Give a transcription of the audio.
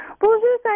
Bonjour